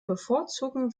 bevorzugen